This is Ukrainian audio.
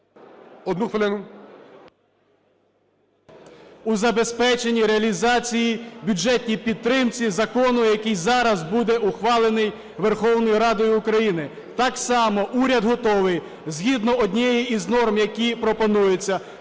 В.А. …у забезпеченні реалізації, бюджетній підтримці закону, який зараз буде ухвалений Верховною Радою України. Так само уряд готовий, згідно однієї з норм, які пропонуються,